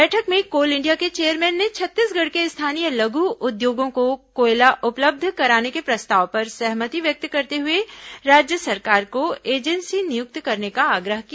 बैठक में coal India के चेयरमैन ने छत्तीसगढ़ के स्थानीय लघ् उद्योगों को कोयला उपलब्ध कराने के प्रस्ताव पर सहमति व्यक्त करते हुए राज्य सरकार को एजेंसी नियुक्त करने का आग्रह किया